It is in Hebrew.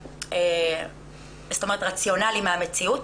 זאת אומרת, רציונלי מהמציאות.